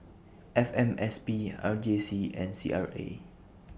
F M S P R J C and C R A